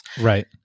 Right